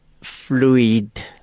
fluid